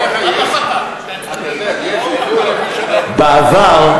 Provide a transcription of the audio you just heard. אתה יודע, יש גבול, בעבר,